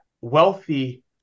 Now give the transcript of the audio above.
wealthy